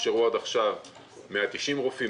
הוכשרו עד עכשיו 190 רופאים.